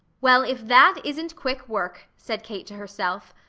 well, if that isn't quick work! said kate to herself.